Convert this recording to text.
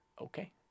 Okay